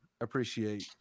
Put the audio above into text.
appreciate